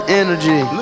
energy